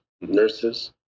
nurses